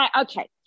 okay